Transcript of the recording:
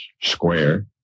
square